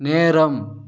நேரம்